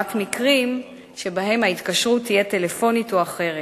לעומת מקרים שבהם ההתקשרות תהיה טלפונית או אחרת.